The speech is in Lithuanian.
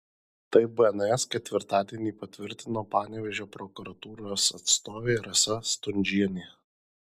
tai bns ketvirtadienį patvirtino panevėžio prokuratūros atstovė rasa stundžienė